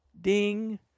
Ding